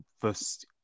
first